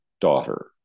daughter